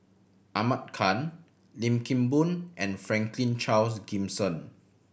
Ahmad Khan Lim Kim Boon and Franklin Charles Gimson